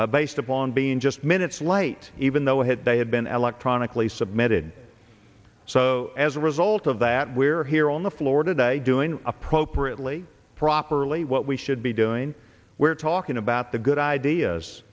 based upon being just minutes late even though had they had been electronically submitted so as a result of that we're here on the floor today doing appropriately properly what we should be doing we're talking about the good ideas